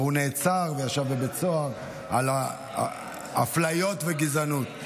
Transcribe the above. הרי הוא נעצר וישב בבית סוהר על אפליות וגזענות.